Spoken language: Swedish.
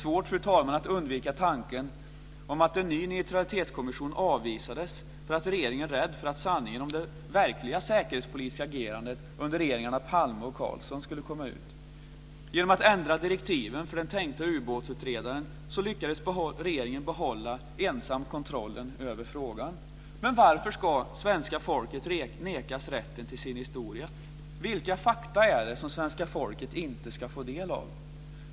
Det är svårt att undvika tanken att en ny neutralitetskommission avvisas för att regeringen är rädd för att sanningen om det verkliga säkerhetspolitiska agerandet under regeringarna Palme och Carlsson skulle komma ut. Genom att ändra direktiven för den tänkta ubåtsutredaren lyckas regeringen ensam behålla kontrollen över frågan. Varför ska svenska folket nekas rätten till sin historia? Vilka fakta är det som svenska folket inte ska få del av?